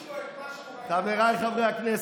אתה מגיש לו את מה שהוא, חבריי חברי הכנסת,